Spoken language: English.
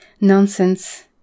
nonsense